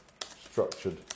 structured